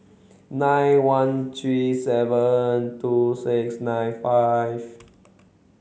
nine one three seven two six nine five